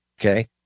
okay